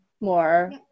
more